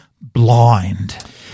blind